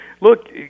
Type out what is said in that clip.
look